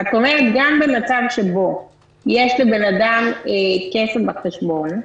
את אומרת גם במצב שבו יש לבן-אדם כסף בחשבון,